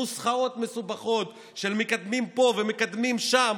נוסחאות מסובכות של מקדמים פה ומקדמים שם,